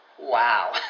Wow